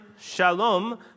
Shalom